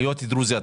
להיות דרוזי,